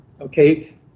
okay